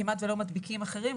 כמעט שלא מדביקים אחרים,